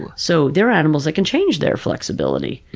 and so there are animals that can change their flexibility,